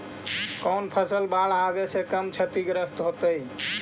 कौन फसल बाढ़ आवे से कम छतिग्रस्त होतइ?